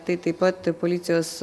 tai taip pat policijos